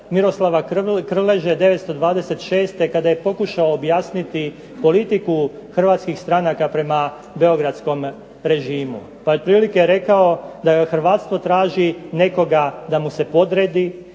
Miroslava Krleže 926. kada je pokušao objasniti politiku hrvatskih stranaka prema beogradskom režimu pa je otprilike rekao da hrvatstvo traži nekoga da mu se podredi,